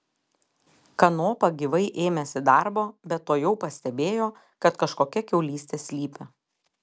kanopa gyvai ėmėsi darbo bet tuojau pastebėjo kad kažkokia kiaulystė slypi